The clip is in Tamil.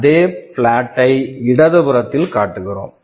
அதே பிளாட் plot ஐ இடதுபுறத்தில் காட்டுகிறோம்